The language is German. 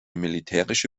militärische